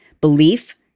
belief